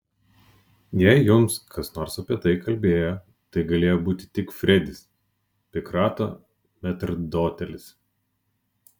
jei jums kas nors apie tai kalbėjo tai galėjo būti tik fredis pikrato metrdotelis